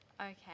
okay